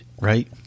right